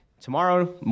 tomorrow